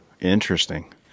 Interesting